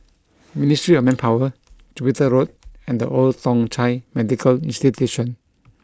Ministry of Manpower Jupiter Road and The Old Thong Chai Medical Institution